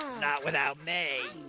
not without me.